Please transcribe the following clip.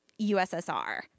USSR